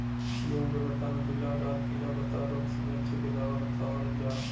गेहूँ के पता मे पिला रातपिला पतारोग से बचें के दवा बतावल जाव?